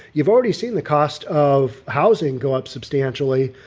you've already seen the cost of housing go up substantially.